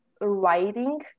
writing